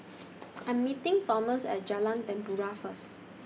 I'm meeting Thomas At Jalan Tempua First